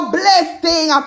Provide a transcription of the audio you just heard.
blessing